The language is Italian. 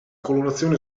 colorazione